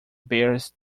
bears